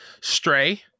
Stray